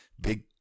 Big